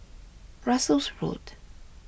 Russels Road